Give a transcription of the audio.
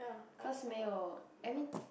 cause mei you I mean